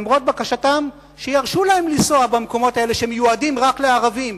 למרות בקשתם שירשו להם לנסוע במקומות האלה שמיועדים רק לערבים